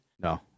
No